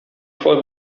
шулай